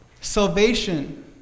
Salvation